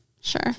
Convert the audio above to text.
Sure